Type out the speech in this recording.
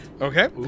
Okay